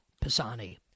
Pisani